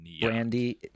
Brandy